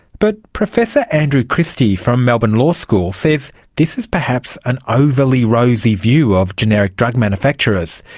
but professor andrew christie from melbourne law school says this is perhaps an overly rosy view of generic drug manufacturers.